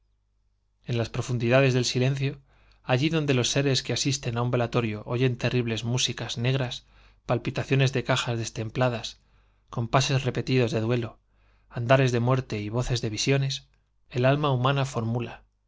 en las profundidades del silencio allí donde los seres que asisten á un velatorio oyen terribles músicas negras palpitaciones de cajas destempladas compases repetidos de duelo andares de muerte y voces de visiones el alma humana formula